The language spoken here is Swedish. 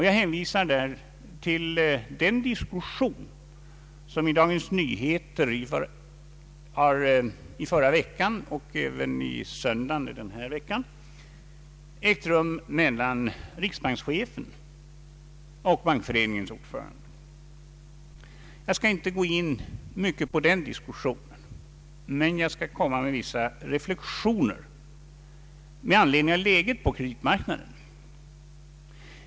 Jag hänvisar därvidlag till den diskussion som i Dagens Nyheter i förra veckan och även i söndags har ägt rum mellan riksbankschefen och Bankföreningens ordförande. Jag skall inte gå in mycket på denna diskussion, men jag skall göra vissa reflexioner med anledning av läget på kreditmarknaden.